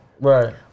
Right